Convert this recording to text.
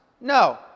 No